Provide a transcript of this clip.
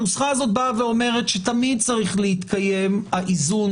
הנוסחה הזאת באה ואומרת שתמיד צריך להתקיים האיזון